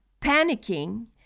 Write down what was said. panicking